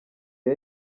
ngo